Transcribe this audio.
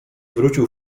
wrócił